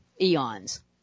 eons